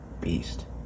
beast